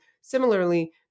similarly